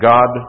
God